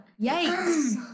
Yikes